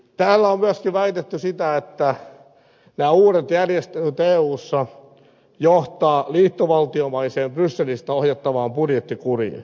täällä on myös väitetty että nämä uudet järjestelyt eussa johtavat liittovaltiomaiseen brysselistä ohjattavaan budjettikuriin